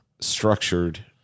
structured